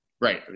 Right